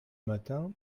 matin